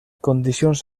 condicions